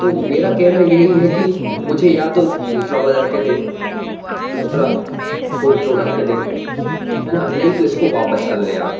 तो मेरा कहना यही है कि मुझे या तो दूसरा बदल के दे दूसरा कोई प्रोडक्ट दे है ना नहीं तो इसको वापस कर लें आप